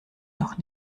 noch